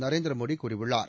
நரேந்திரமோடி கூறியுள்ளார்